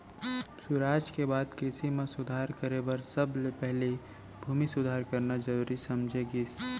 सुराज के बाद कृसि म सुधार करे बर सबले पहिली भूमि सुधार करना जरूरी समझे गिस